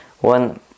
one